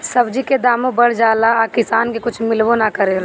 सब्जी के दामो बढ़ जाला आ किसान के कुछ मिलबो ना करेला